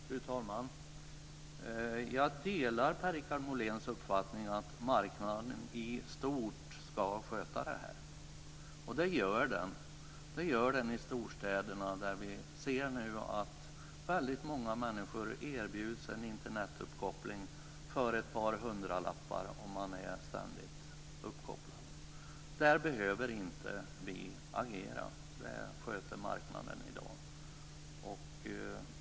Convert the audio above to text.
Fru talman! Jag delar Per-Richard Moléns uppfattning att marknaden i stort ska sköta det här. Det gör den i storstäderna där vi nu ser att många människor erbjuds en Internetuppkoppling för ett par hundralappar om man är ständigt uppkopplad. Där behöver inte vi agera. Det sköter marknaden i dag.